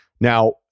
Now